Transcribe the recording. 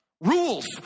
Rules